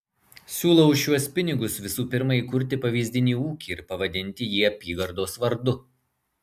siūlau už šiuos pinigus visų pirma įkurti pavyzdinį ūkį ir pavadinti jį apygardos vardu